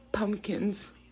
Pumpkins